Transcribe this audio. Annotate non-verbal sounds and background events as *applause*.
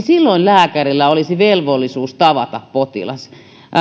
*unintelligible* silloin lääkärillä olisi velvollisuus tavata potilas